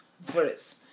verse